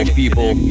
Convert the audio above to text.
people